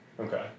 Okay